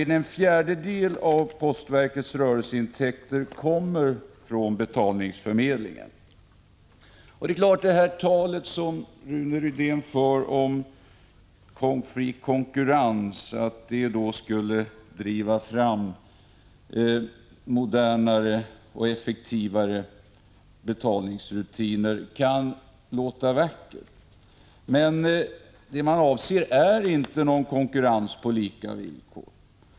En fjärdedel av postverkets rörelseintäkter kommer från betalningsförmedlingen. Rune Rydéns tal om att fri konkurrens skulle driva fram modernare och effektivare betalningsrutiner kan låta vackert. Men det man avser är inte någon konkurrens på lika villkor.